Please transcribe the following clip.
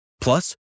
Plus